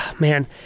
man